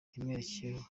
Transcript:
ibimwerekeyeho